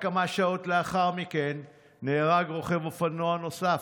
רק כמה שעות לאחר מכן נהרג רוכב אופנוע נוסף,